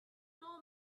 know